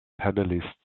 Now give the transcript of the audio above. panelists